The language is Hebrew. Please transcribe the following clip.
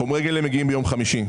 חומרי הגלם מגיעים ביום חמישי,